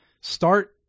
start